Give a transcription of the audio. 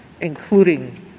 including